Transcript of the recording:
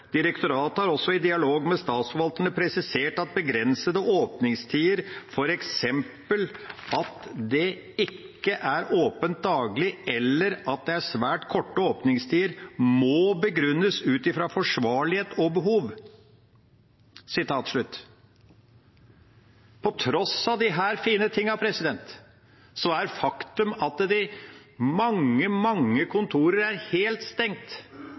har også i dialog med statsforvalterne presisert at begrensede åpningstider, for eksempel at det ikke er åpent daglig eller at det er svært korte åpningstider, må begrunnes utfra forsvarlighet og behov.» På tross av disse fine tingene er faktum at mange, mange kontorer er helt stengt.